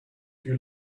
you